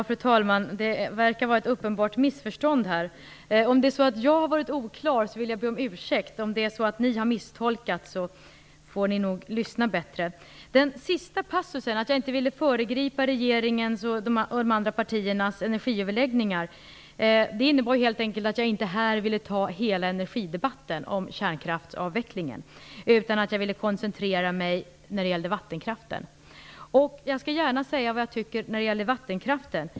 Fru talman! Det verkar vara ett uppenbart missförstånd här. Om jag har varit oklar vill jag be om ursäkt. Om ni har misstolkat mig får ni nog lyssna bättre. Den sista passusen i mitt svar om att jag inte ville föregripa regeringens och de andra partiernas energiöverläggningar innebar helt enkelt att jag inte här ville ta hela energidebatten om kärnkraftsavvecklingen utan att jag ville koncentrera mig på vattenkraften. Jag skall gärna säga vad jag tycker när det gäller vattenkraften.